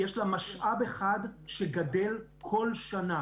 יש לה משאב אחד שגדל כל שנה